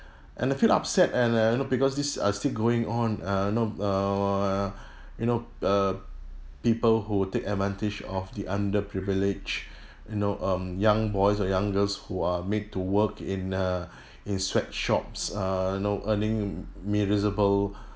and I feel upset and uh you know because these are still going on uh know err you know uh people who take advantage of the under privilege you know um young boys or young girls who are made to work in a in sweatshops uh know earning miserable